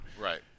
Right